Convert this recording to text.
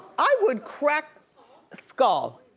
i would crack skull.